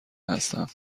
هستم